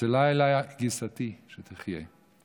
צלצלה אליי גיסתי שתחיה,